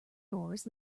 doors